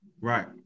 Right